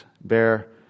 bear